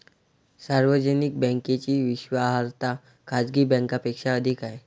सार्वजनिक बँकेची विश्वासार्हता खाजगी बँकांपेक्षा अधिक आहे